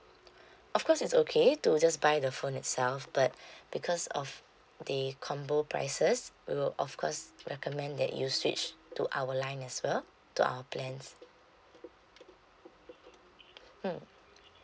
of course it's okay to just buy the phone itself but because of the combo prices we will of course recommend that you switch to our line as well to our plans mm